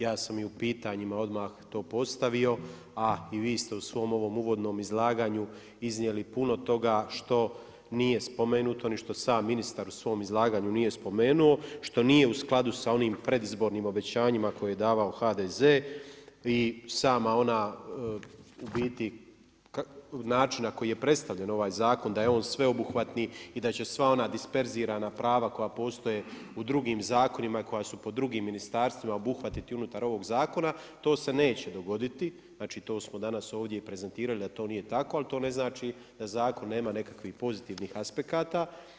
Ja sam i u pitanjima odmah to postavio a i vi ste u svom ovom uvodnom izlaganju iznijeli puno toga što nije spomenuto ni što sam ministar u svom izlaganju nije spomenuo, što nije u skladu sa onim predizbornim obećanjima koje je davao HDZ i sama ona u biti, načina na koji je predstavljen ovaj zakon da je on sveobuhvatni i da će sva ona disperzirana prava koja postoje u drugim zakonima i koja su po drugim ministarstvima obuhvatiti unutar ovog zakona, to se neće dogoditi, znači to smo danas ovdje i prezentirali a to nije tako ali to ne znači da zakon nema nekakvih pozitivnih aspekata.